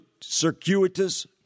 circuitous